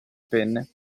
penne